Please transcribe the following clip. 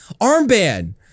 armband